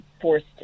forced